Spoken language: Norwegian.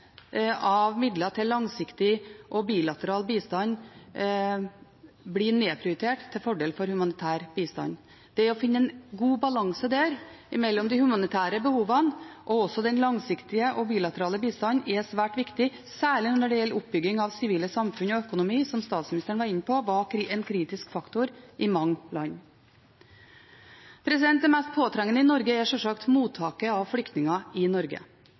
av midler til langsiktig og bilateral bistand blir nedprioritert til fordel for humanitær bistand. Det å finne en god balanse mellom de humanitære behovene og den langsiktige og bilaterale bistanden er svært viktig, særlig når det gjelder oppbygging av sivile samfunn og økonomi, som statsministeren var inne på var en kritisk faktor i mange land. Det mest påtrengende i Norge er sjølsagt mottaket av flyktninger her. Her på Østlandet ser vi en stor flyktningstrøm, men også i